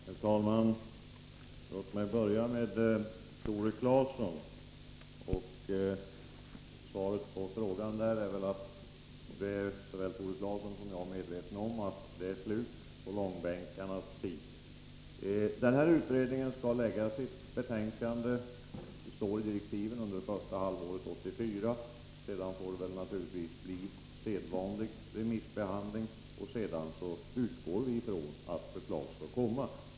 Herr talman! Låt mig börja med Tore Claeson. Svaret på hans fråga är att det är slut på långbänkarnas tid — det är både Tore Claeson och jag medvetna om. Utredningen skall enligt vad som står i direktiven framlägga sitt betänkande första halvåret 1984. Sedan följer naturligtvis sedvanlig remissbehandling, och sedan skall det komma ett förslag — det utgår vi ifrån.